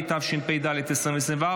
התשפ"ד 2024,